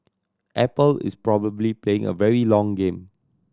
Apple is probably playing a very long game